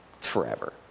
forever